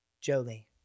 Jolie